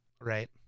Right